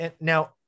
Now